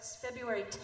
February